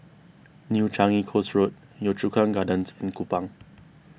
New Changi Coast Road Yio Chu Kang Gardens and Kupang